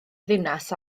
ddinas